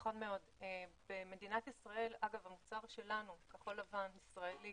נכון מאוד, אגב, המוצר שלנו כחול-לבן ישראלי